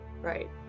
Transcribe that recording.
Right